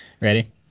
Ready